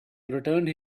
returned